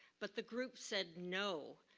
but the group said no.